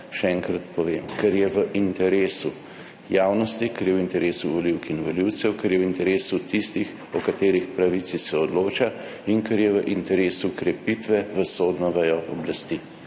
Še enkrat povem: ker je v interesu javnosti, ker je v interesu volivk in volivcev, ker je v interesu tistih, o katerih pravici se odloča, in ker je v interesu krepitve [zaupanja] v sodno vejo oblasti.